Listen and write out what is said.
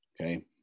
Okay